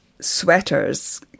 sweaters